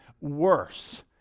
worse